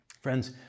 Friends